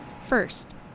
First